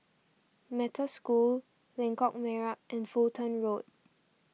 Metta School Lengkok Merak and Fulton Road